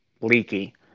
leaky